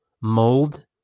mold